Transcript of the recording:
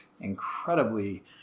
incredibly